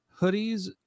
hoodies